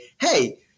hey